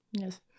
yes